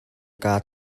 kaa